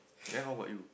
then how about you